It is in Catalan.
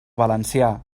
valencià